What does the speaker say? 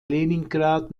leningrad